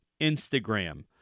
Instagram